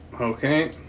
Okay